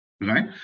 Right